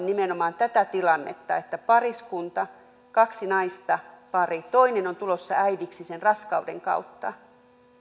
nimenomaan tätä tilannetta että on pariskunta kaksi naista pari toinen on tulossa äidiksi sen raskauden kautta